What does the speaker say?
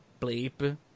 Bleep